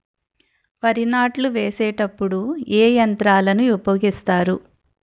వరి నాట్లు వేసేటప్పుడు ఏ యంత్రాలను ఉపయోగిస్తారు?